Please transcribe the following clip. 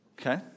Okay